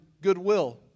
goodwill